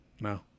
No